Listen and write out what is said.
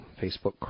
Facebook